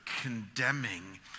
condemning